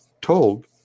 told